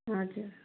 हजुर